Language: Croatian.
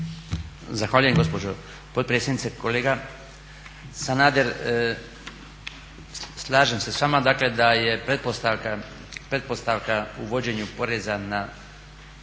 Zahvaljujem gospođo potpredsjednice. Kolega Sanader, slažem se sa vama, dakle da je pretpostavka uvođenju poreza na